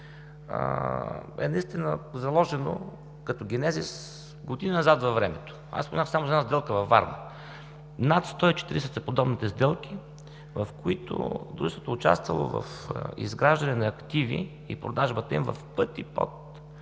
е наистина заложено като генезис години назад във времето. Аз споменах само за една сделка във Варна. Над 140 са подобните сделки, в които Дружеството е участвало в изграждане на активи и продажбата им в пъти под